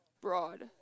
broad